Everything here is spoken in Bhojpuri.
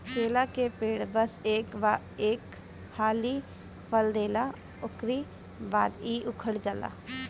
केला के पेड़ बस एक हाली फल देला उकरी बाद इ उकठ जाला